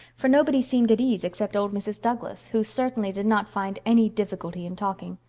for nobody seemed at ease except old mrs. douglas, who certainly did not find any difficulty in talking.